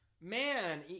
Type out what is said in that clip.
man